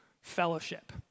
fellowship